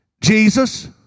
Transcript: Jesus